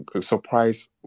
surprise